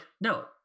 no